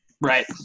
Right